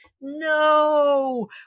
No